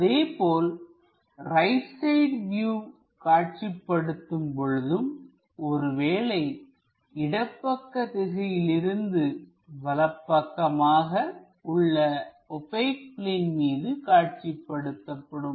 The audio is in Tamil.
அதேபோல ரைட் சைடு வியூ காட்சிப்படுத்தும் பொழுதும் ஒருவேளை இடப்பக்க திசையிலிருந்து வலப்பக்கமாக உள்ள ஓபெக் பிளேன் மீது காட்சிப்படும்